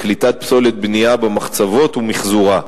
קליטת פסולת בנייה במחצבות ומיחזורה.